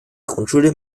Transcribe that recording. grundschule